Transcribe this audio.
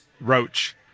roach